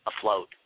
afloat